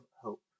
Hope